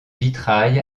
vitrail